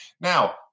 Now